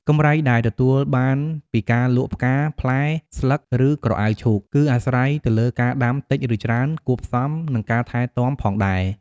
កម្រៃដែលទទួលបានពីការលក់ផ្កា ផ្លែ ស្លឹក ឬក្រអៅឈូក គឺអាស្រ័យទៅលើការដាំតិចឬច្រើន គួបផ្សំនឹងការថែទាំផងដែរ ។